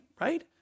right